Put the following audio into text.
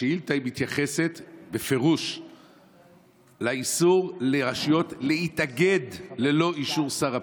השאילתה מתייחסת בפירוש לאיסור לרשויות להתאגד ללא אישור שר הפנים.